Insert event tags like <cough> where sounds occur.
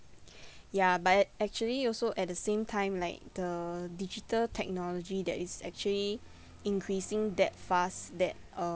ya but ac~ actually also at the same time like the digital technology that is actually <breath> increasing that fast that